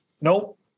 Nope